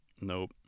nope